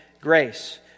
grace